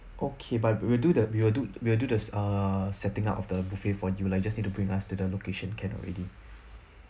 okay but we'll do the we'll do we'll do the uh setting up of the buffet for you lah you just need to bring us to the allocation can already